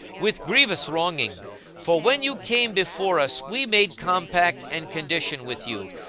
with grievous wronging for when you came before us we made compact and condition with you,